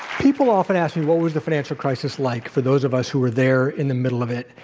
people often ask me, what was the financial crisis like for those of us who were there, in the middle of it?